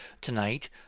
tonight